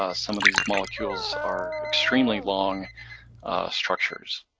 ah some of these molecules are extremely long structures.